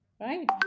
right